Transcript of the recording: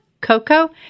Coco